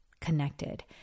connected